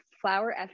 flower